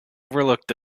overlooked